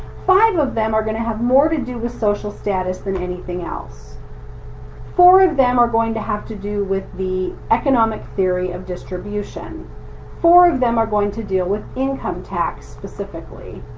five of them are gonna have more to do with social status than anything else four of them are going to have to do with the economic theory of distribution four of them are going to deal with income tax, specifically